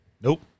Nope